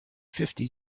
fifty